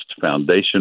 Foundation